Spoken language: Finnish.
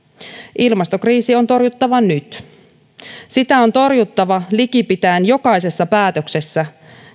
ilmastokriisi on torjuttava nyt sitä on torjuttava likipitäen jokaisessa päätöksessä